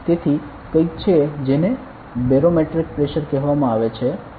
તેથી કંઈક છે જેને બેરોમેટ્રિક પ્રેશર કહેવામાં આવે છે